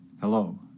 Hello